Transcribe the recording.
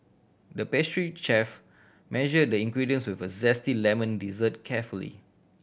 the pastry chef measure the ingredients we for zesty lemon dessert carefully